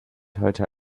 heute